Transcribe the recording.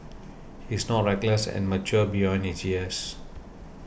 he is not reckless and mature beyond his years